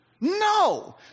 No